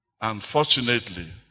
Unfortunately